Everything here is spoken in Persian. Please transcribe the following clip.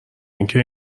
اینکه